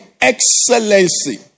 excellency